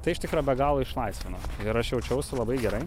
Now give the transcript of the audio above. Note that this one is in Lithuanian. tai iš tikro be galo išlaisvino ir aš jaučiausi labai gerai